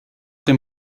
dem